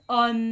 on